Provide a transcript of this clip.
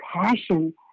passion